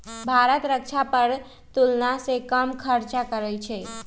भारत रक्षा पर तुलनासे कम खर्चा करइ छइ